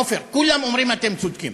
עפר, כולם אומרים: אתם צודקים.